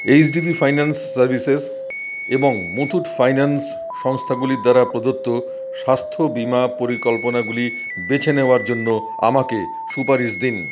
H D B Finance Services এবং Muthoot Finance সংস্থাগুলির দ্বারা প্রদত্ত স্বাস্থ্য বিমা পরিকল্পনাগুলি বেছে নেওয়ার জন্য আমাকে সুপারিশ দিন